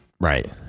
Right